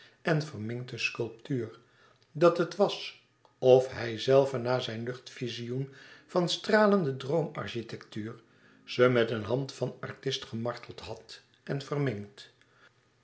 en verminkte sculptuur dat het was of hijzelve na zijn luchtvizioen van stralende droomarchitectuur ze met een hand van artist gemarteld had en verminkt